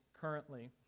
currently